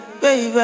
baby